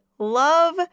love